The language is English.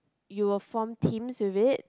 you'll form teams with it